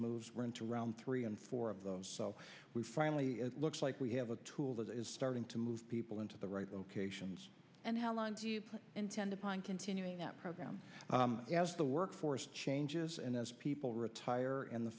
moves were into round three and four of those so we finally it looks like we have a tool that is starting to move people into the right locations and how long do you intend upon continuing that program as the workforce changes and as people retire in the